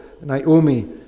Naomi